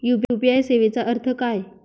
UPI सेवेचा अर्थ काय?